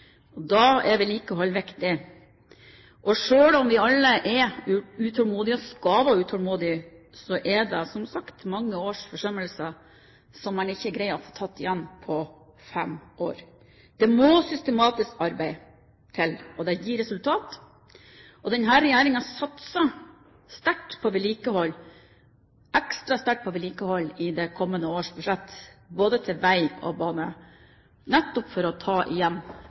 skal være utålmodige – er det, som sagt, mange års forsømmelser her, som man ikke greier å få tatt igjen på fem år. Det må systematisk arbeid til, og det gir resultater. Denne regjeringen satser ekstra sterkt på vedlikehold i kommende års budsjett, både til vei og bane, nettopp for å ta igjen